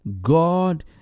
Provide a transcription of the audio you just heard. God